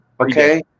Okay